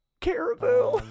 caribou